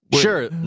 Sure